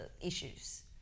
issues